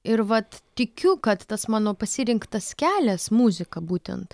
ir vat tikiu kad tas mano pasirinktas kelias muzika būtent